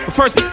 first